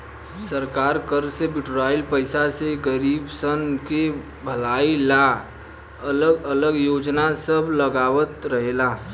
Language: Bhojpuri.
सरकार कर से बिटोराइल पईसा से गरीबसन के भलाई ला अलग अलग योजना सब लगावत रहेला